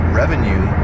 revenue